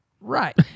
Right